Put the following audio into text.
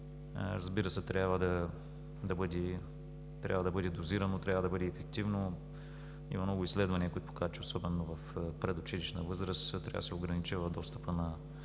Разбира се, трябва да бъде дозирано, трябва да бъде ефективно. Има много изследвания, които показват, че особено в предучилищна възраст трябва да се ограничава достъпът на